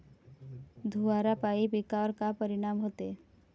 धुवारापाई पिकावर का परीनाम होते?